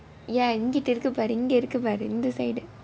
ya இங்கிட்டு பாரு இங்கே பாரு இந்ந:ingittu paaru ingae paaru intha side